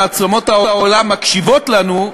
מעצמות העולם מקשיבות לנו,